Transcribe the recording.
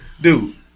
Dude